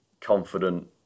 confident